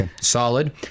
Solid